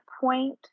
point